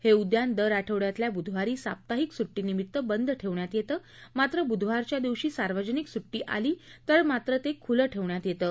हे उद्यान दर आठवङ्यातल्या बुधवारी साप्ताहिक सुड्डीनिमित्त बंद ठेवण्यात येतं मात्र बुधवारच्या दिवशी सार्वजनिक सुट्टी आली तर मात्र ते खुलं ठेवण्यात येतं